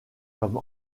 comme